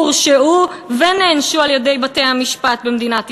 הורשעו ונענשו על-ידי בתי-המשפט במדינת ישראל,